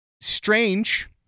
strange